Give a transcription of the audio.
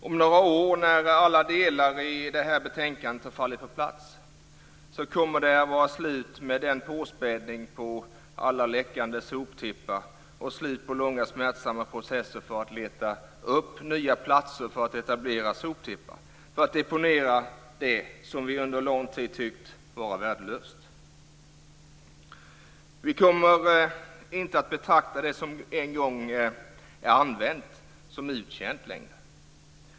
Om några år, när alla delar i det här betänkandet har fallit på plats, kommer det att vara slut med påspädningen av alla läckande soptippar och slut på långa smärtsamma processer för att leta upp nya platser att etablera soptippar på för att deponera det som vi under lång tid tyckt vara värdelöst. Vi kommer inte längre att betrakta det som en gång är använt som uttjänt.